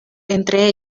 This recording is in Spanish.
entre